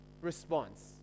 response